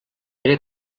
era